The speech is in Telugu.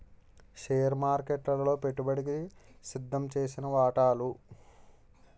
షేర్ మార్కెట్లలో పెట్టుబడికి సిద్దంచేసిన వాటాలు